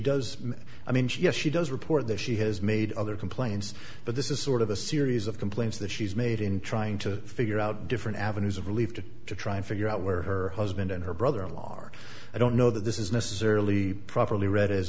does i mean she yes she does report that she has made other complaints but this is sort of a series of complaints that she's made in trying to figure out different avenues of relief to try and figure out where her husband and her brother in law are i don't know that this is necessarily properly read